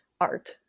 art